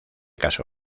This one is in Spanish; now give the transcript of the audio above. casó